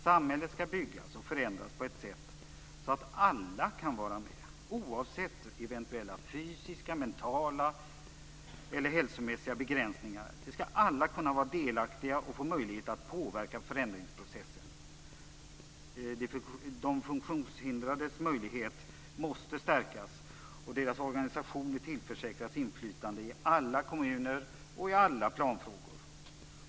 Samhället skall byggas och förändras på ett sådant sätt att alla kan vara med, oavsett eventuella fysiska, mentala eller hälsomässiga begränsningar. Vi skall alla kunna vara delaktiga och få möjlighet att påverka förändringsprocessen. De funktionshindrades möjlighet måste stärkas och deras organisationer tillförsäkras inflytande i alla kommuner och i alla planfrågor.